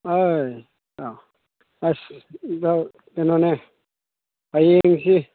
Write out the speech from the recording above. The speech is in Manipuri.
ꯑꯁ ꯑꯁ ꯏꯇꯥꯎ ꯀꯩꯅꯣꯅꯦ ꯍꯌꯦꯡꯁꯤ